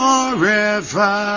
Forever